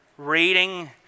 Reading